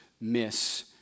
miss